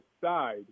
side